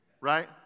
right